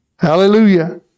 Hallelujah